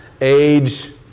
age